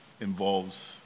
involves